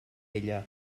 ella